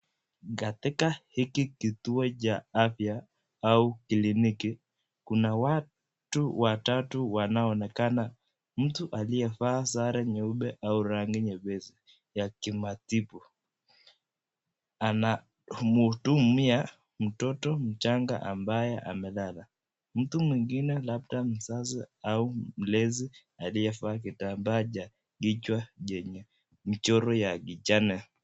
Katika hiki kituo cha afya au kliniki kuna watu watatu wanaonekana, mtu aliyevaa sare nyeupe au rangi nyepesi ya kimatibu anamhudumia mtoto mjanga ambaye amelala, mtu mwingine labda mzazi au mlezi aliyevaa kitambaa cha kijwa jenye mchoro ya kijani.